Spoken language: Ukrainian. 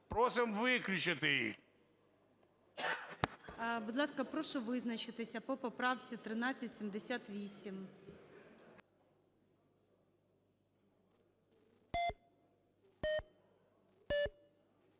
Просимо виключити їх. ГОЛОВУЮЧИЙ. Будь ласка, прошу визначитися по поправці 1378.